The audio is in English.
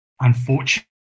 unfortunate